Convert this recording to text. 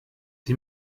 die